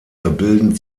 bilden